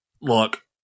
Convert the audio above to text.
Look